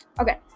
okay